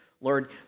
Lord